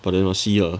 but then must see ah